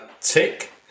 Tick